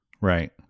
Right